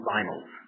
Finals